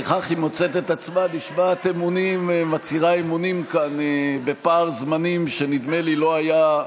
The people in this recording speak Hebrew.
וכך היא מוצאת את עצמה מצהירה אמונים כאן בפער זמנים שנדמה לי שלא היה.